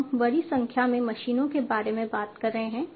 तो हम बड़ी संख्या में मशीनों के बारे में बात कर रहे हैं